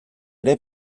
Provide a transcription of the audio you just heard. ere